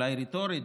אולי רטורית,